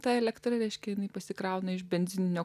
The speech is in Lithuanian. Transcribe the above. tą elektrą reiškia jinai pasikrauna iš benzininio